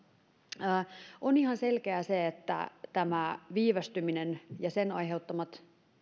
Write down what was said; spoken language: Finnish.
on ihan selkeää että tämä viivästyminen ja sen aiheuttamat